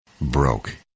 broke